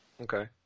Okay